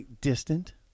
Distant